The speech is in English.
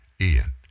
Ian